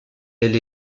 elle